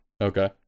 Okay